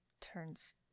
turns